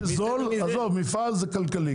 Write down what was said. מפעל זה כלכלי.